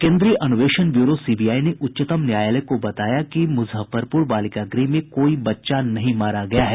केंद्रीय अन्वेषण bureau CBI ने उच्चतम न्यायालय को बताया है कि मुजफ्फरपुर बालिका गृह में कोई बच्चा नहीं मारा गया है